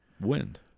Wind